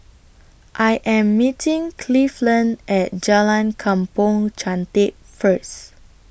I Am meeting Cleveland At Jalan Kampong Chantek First